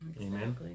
Amen